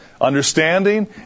understanding